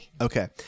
okay